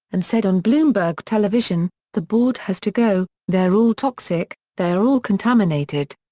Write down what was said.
and said on bloomberg television the board has to go, they're all toxic, they are all contaminated.